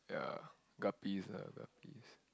yeah guppies ah guppies